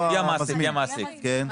כן.